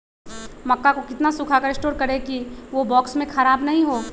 मक्का को कितना सूखा कर स्टोर करें की ओ बॉक्स में ख़राब नहीं हो?